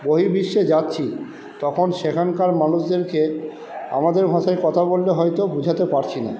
বহির্বিশ্বে যাচ্ছি তখন সেখানকার মানুষদেরকে আমাদের ভাষায় কথা বললে হয়তো বোঝাতে পারছি না